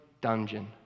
dungeon